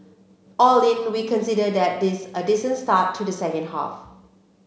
all in we considered that this a decent start to the second half